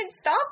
stop